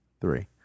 three